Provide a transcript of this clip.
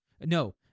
No